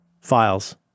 files